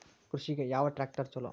ಕೃಷಿಗ ಯಾವ ಟ್ರ್ಯಾಕ್ಟರ್ ಛಲೋ?